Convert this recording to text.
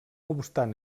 obstant